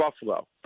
Buffalo